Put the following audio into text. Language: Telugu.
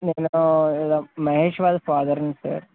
నేను మహేష్ వాళ్ళ ఫాదర్ని సార్